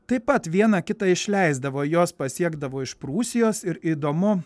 taip pat vieną kitą išleisdavo jos pasiekdavo iš prūsijos ir įdomu